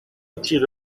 تیغ